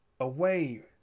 away